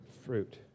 fruit